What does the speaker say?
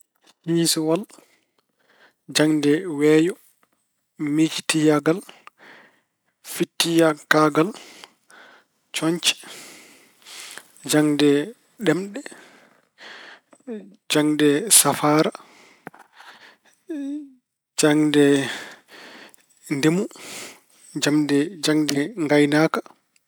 Hiisiwal, jaŋde weeyo, miijtiyaagal, fiɗtiyaakaagal, cooñce, jaŋde ɗemɗe, jaŋde safaara, jaŋde ndemu, jaŋde- jaŋde ngaynaaka.